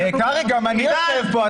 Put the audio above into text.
קרעי, גם אני יושב פה.